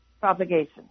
propagation